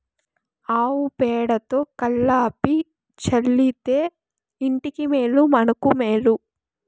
ఆవు పేడతో కళ్లాపి చల్లితే ఇంటికి మేలు మనకు మేలు